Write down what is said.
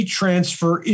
transfer